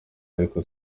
ariko